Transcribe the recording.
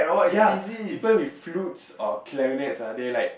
ya people with flutes or clarinets right they like